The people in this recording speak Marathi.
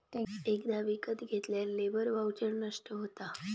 एकदा विकत घेतल्यार लेबर वाउचर नष्ट होता